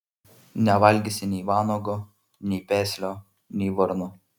nevalgysi nei vanago nei peslio nei varno